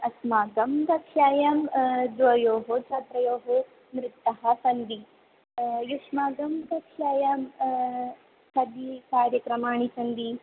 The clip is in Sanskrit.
अस्माकं कक्षायां द्वयोःछात्रयोः नृत्याः सन्ति युष्माकं कक्षायां कति कार्यक्रमाणि सन्ति